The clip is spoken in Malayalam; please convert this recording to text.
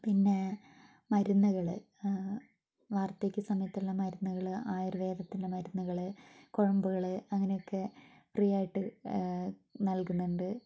പിന്നെ മരുന്നുകൾ വാർദ്ധക്യ സമയത്തുള്ള മരുന്നുകൾ ആയുർവേദത്തിൻ്റെ മരുന്നുകൾ കുഴമ്പുകൾ അങ്ങനെയൊക്കെ ഫ്രീ ആയിട്ട് നൽകുന്നുണ്ട്